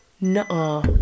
No